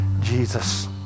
Jesus